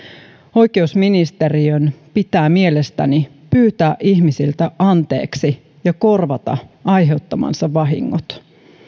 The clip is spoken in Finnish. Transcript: oikeusministeriön pitää mielestäni pyytää ihmisiltä anteeksi ja korvata aiheuttamansa vahingot